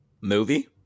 movie